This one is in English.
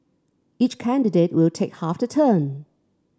each candidate will take half the term